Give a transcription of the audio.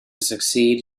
succeed